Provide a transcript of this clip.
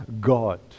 God